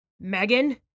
Megan